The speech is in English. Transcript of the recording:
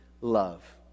love